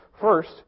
First